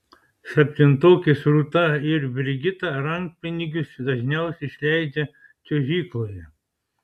septintokės rūta ir brigita rankpinigius dažniausiai išleidžia čiuožykloje